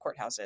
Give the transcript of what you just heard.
courthouses